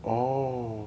oh